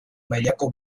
mailako